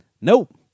Nope